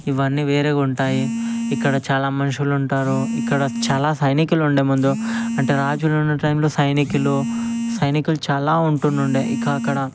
ఇవన్నీ వేరేగా ఉంటాయి ఇక్కడ చాలా మనుషులుంటారు ఇక్కడ చాలా సైనికులు ఉండే ముందు అంటే రాజులు ఉండే టైమ్లో సైనికులు సైనికులు చాలా ఉంటుండుండే ఇంక అక్కడ